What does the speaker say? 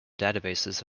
databases